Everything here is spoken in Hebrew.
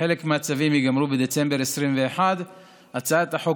וחלק מהצווים ייגמרו בדצמבר 2021. הצעת החוק